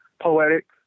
poetic